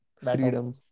freedom